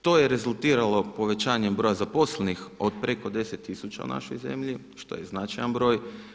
To je rezultiralo povećanjem broja zaposlenih od preko 10000 u našoj zemlji što je značajan broj.